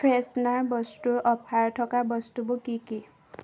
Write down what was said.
freshener বস্তুৰ অ'ফাৰ থকা বস্তুবোৰ কি কি